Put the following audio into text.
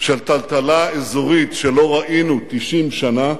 של טלטלה אזורית שלא ראינו 90 שנה